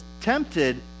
tempted